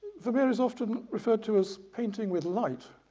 vermeer is often referred to as painting with light,